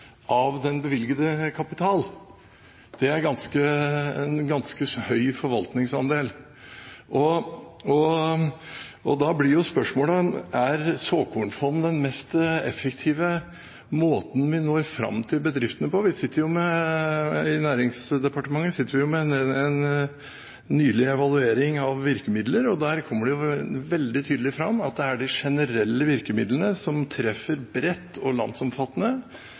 av den bevilgede kapital. Det er en ganske høy forvaltningsandel. Da blir spørsmålet: Er såkornfond den mest effektive måten å nå fram til bedriftene på? I Næringsdepartementet sitter vi med en nylig evaluering av virkemidler, og der kommer det veldig tydelig fram at det er de generelle virkemidlene, som treffer bredt og landsomfattende,